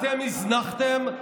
אתם הזנחתם,